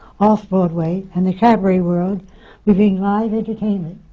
off-broadway and the cabaret world bringing live entertainment,